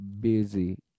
Busy